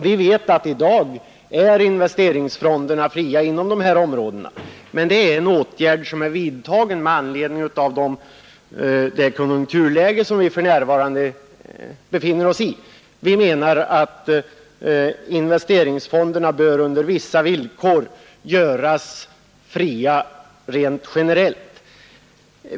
Vi vet att investeringsfonderna i dag är fria inom dessa områden, men den åtgärden är vidtagen med anledning av det konjunkturläge som för närvarande råder. Vi menar att investeringsfonderna under vissa villkor bör släppas fria även generellt.